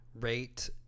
rate